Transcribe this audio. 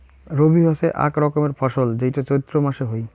রবি হসে আক রকমের ফসল যেইটো চৈত্র মাসে হই